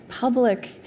public